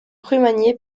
remanié